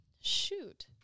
shoot